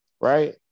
right